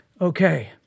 okay